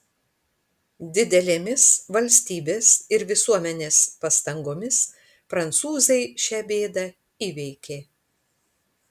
didelėmis valstybės ir visuomenės pastangomis prancūzai šią bėdą įveikė